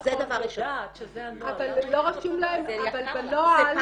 זה דבר ראשון -- אבל לא רשום להן --- אני מוציאה